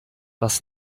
was